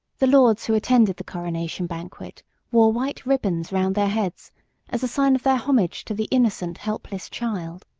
the lords who attended the coronation banquet wore white ribbons round their heads as a sign of their homage to the innocent, helpless child.